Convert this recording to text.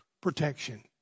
protection